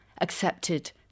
accepted